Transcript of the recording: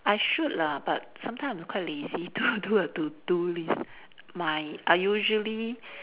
I should lah but sometimes I'm quite lazy to do a to do list my I usually